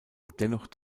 dennoch